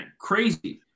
Crazy